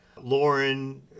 lauren